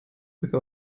brücke